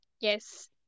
Yes